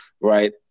right